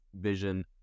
vision